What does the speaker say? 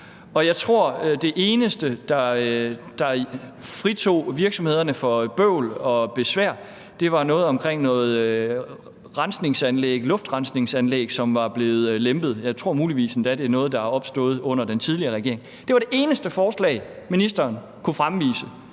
det eneste, der fritog virksomhederne for bøvl og besvær, var noget, der var blevet lempet i forbindelse med luftrensningsanlæg. Jeg tror muligvis endda, det er noget, der er opstået under den tidligere regeringen. Det var det eneste forslag, ministeren kunne fremvise